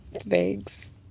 Thanks